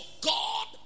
God